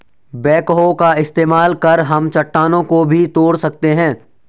backhoe का इस्तेमाल कर हम चट्टानों को भी तोड़ सकते हैं